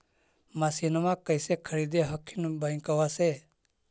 मसिनमा कैसे खरीदे हखिन बैंकबा से?